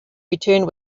returned